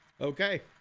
Okay